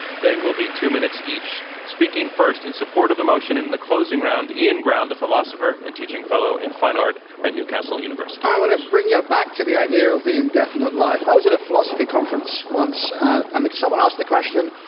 they will be two minutes each. speaking first in support of the motion in the closing round, ian ground, the philosopher and teaching fellow in fine art at newcastle university. i want to bring you back to the idea of the indefinite life. i was at a philoso phy conference once and like someone asked the question,